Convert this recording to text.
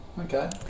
Okay